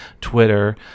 Twitter